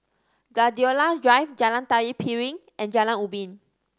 Gladiola Drive Jalan Tari Piring and Jalan Ubin